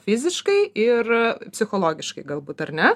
fiziškai ir psichologiškai galbūt ar ne